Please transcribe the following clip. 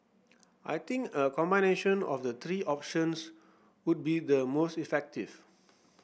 I think a combination of the three options would be the most effective